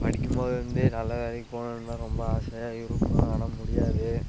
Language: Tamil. படிக்குபோதிலேருந்தே நல்ல வேலைக்கு போகணுன்னுந்தான் ரொம்ப ஆசையாக இருக்கும் ஆனால் முடியாது